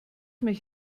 mich